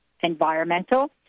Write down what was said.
environmental